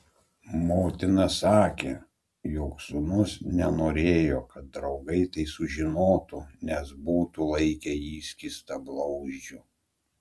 motina sakė jog sūnus nenorėjo kad draugai tai sužinotų nes būtų laikę jį skystablauzdžiu